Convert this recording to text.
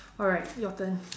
alright your turn